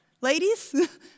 ladies